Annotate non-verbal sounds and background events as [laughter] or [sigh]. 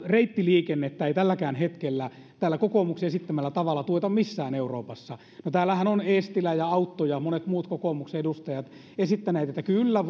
reittiliikennettä ei tälläkään hetkellä tällä kokoomuksen esittämällä tavalla tueta missään euroopassa no täällähän ovat eestilä ja autto ja monet muut kokoomuksen edustajat esittäneet että kyllä [unintelligible]